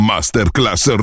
Masterclass